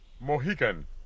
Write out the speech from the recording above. Mohican